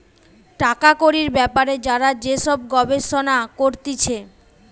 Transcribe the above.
টাকা কড়ির বেপারে যারা যে সব গবেষণা করতিছে